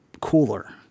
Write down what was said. cooler